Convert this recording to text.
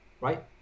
right